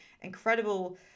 incredible